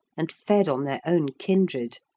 and fed on their own kindred.